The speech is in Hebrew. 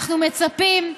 אנחנו מצפים,